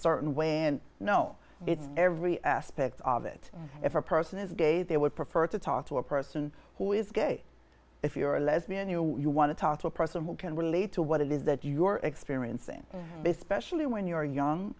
certain way and know it's every aspect of it if a person is gay they would prefer to talk to a person who is gay if you're a lesbian you want to talk to a person who can relate to what it is that you're experiencing base specially when you're young